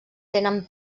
tenen